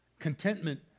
contentment